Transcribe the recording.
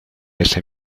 ese